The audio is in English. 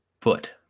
foot